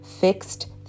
fixed